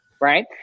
Right